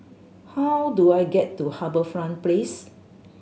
how do I get to HarbourFront Place